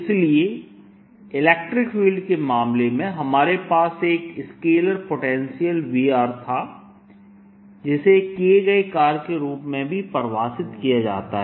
इसलिए electric field के मामले में हमारे पास एक स्केलर पोटेंशियल V था जिसे किए गए कार्य के रूप में भी परिभाषित किया जाता है